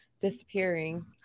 disappearing